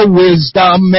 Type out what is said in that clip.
wisdom